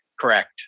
Correct